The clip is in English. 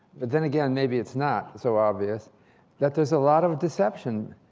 but then again, maybe it's not so obvious that there's a lot of deception.